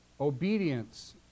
obedience